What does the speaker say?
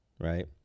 Right